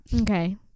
Okay